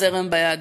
או זרם ביהדות.